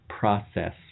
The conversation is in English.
Process